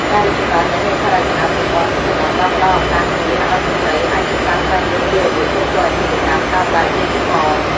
ការរីកចម្រើននៃហេដ្ឋារចនាសម្ព័ន្ធអ៊ីនធឺណិតបានផ្ដល់ឱកាសមាសឱ្យស្ត្រីអាចសិក្សាស្វែងយល់ពីរបៀបគ្រប់គ្រងអាជីវកម្មតាមបែបឌីជីថល។